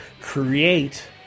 create